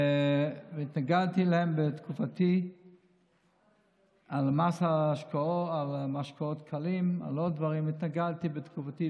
התנגדתי בתקופתי למס על משקאות קלים ולעוד דברים התנגדתי בתקופתי,